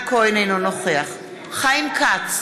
אינו נוכח חיים כץ,